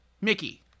Mickey